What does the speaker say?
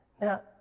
Now